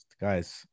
guys